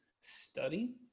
Study